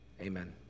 Amen